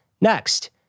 Next